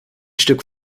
stück